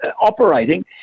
operating